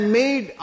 made